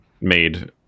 made